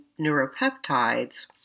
neuropeptides